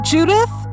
Judith